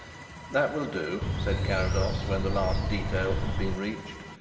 that will do, said carrados, when the last detail had been reached.